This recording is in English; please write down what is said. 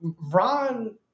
Ron